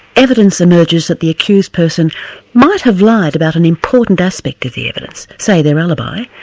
evidence emerges that the accused person might have lied about an important aspect of the evidence, say their alibi,